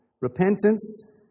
Repentance